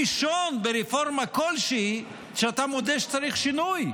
כלל ראשון ברפורמה כלשהי זה שאתה מודה שצריך שינוי.